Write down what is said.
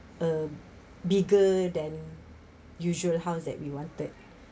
a bigger than usual house that we wanted